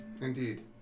Indeed